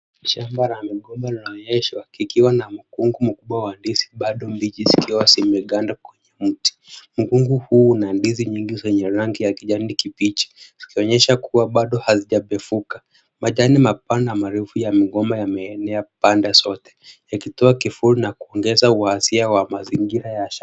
Shamba la migomba inaonyeshwa ikiwa na mkungu mkubwa wa ndizi bado mbichi zikiwa zimeganda kwa mti. Mkungu huu una ndizi nyingi zenye rangi ya kijani kibichi zikionyesha kuwa bado hazijapevuka. Majani mapana na marefu ya migomba yameenea pande zote yakitoa kivuli na kuongeza uhasia wa mazingira ya shamba.